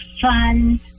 fun